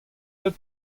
ket